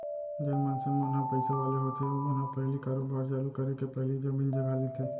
जेन मनसे मन ह पइसा वाले होथे ओमन ह पहिली कारोबार चालू करे के पहिली जमीन जघा लेथे